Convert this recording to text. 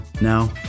Now